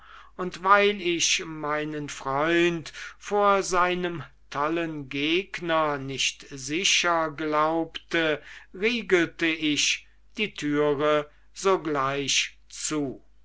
und weil ich meinen freund vor seinem tollen gegner nicht sicher glaubte riegelte ich die türe sogleich zu